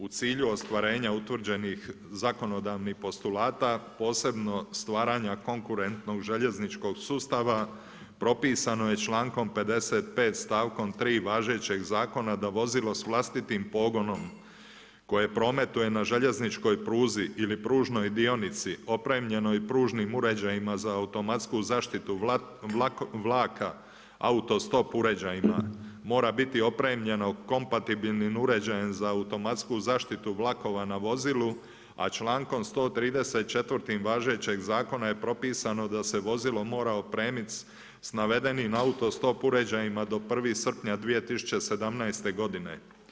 U cilju ostvarenja utvrđenih zakonodavnih postulata posebno stvaranja konkurentnog željezničkog sustava propisano je člankom 55. stavkom 3. važećeg zakona da vozilo s vlastitim pogonom koje prometuje na željezničkoj pruzi ili pružnoj dionici opremljenim pružnim uređajima za automatsku zaštitu vlaka, auto stop uređajima mora biti opremljeno kompatibilnim uređajem za automatsku zaštitu vlakova na vozilu, a člankom 134. važećeg zakona je propisano da se vozilo mora otpremit sa navedenim auto stop uređajima do 1.7.2017. godine.